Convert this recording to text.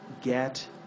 get